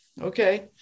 okay